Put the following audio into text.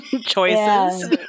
choices